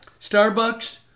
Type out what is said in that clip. Starbucks